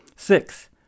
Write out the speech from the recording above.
Six